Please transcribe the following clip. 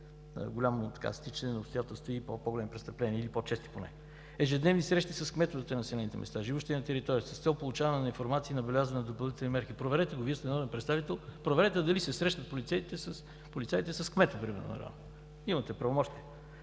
по-голямо стичане на обстоятелства, по-големи престъпления или по-чести поне. Ежедневни срещи с кметовете на населените места, живеещи на територията – от тях получаваме информация и набелязваме допълнителни мерки. Проверете го, Вие сте народен представител. Проверете дали се срещат полицаите с кмета например на района. Имате правомощия.